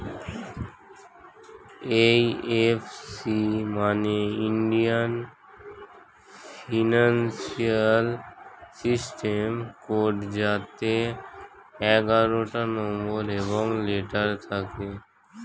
এই F C মানে Indian financial system code যাতে এগারোটা নম্বর এবং লেটার থাকে